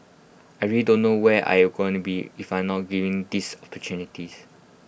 I really don't know where I'll going to be if I not given these opportunities